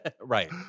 Right